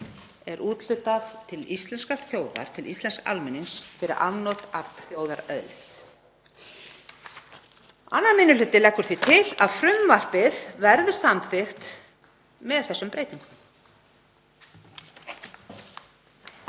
er úthlutað til íslenskrar þjóðar, til íslensks almennings, fyrir afnot af þjóðarauðlind. 2. minni hluti leggur því til að frumvarpið verði samþykkt með þessum breytingum.